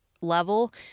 level